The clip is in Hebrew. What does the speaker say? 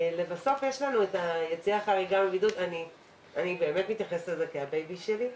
יש את היציאה החריגה מהבידוד ואני מתייחסת לזה כאל ה-בייבי שלי.